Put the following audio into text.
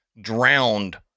drowned